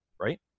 right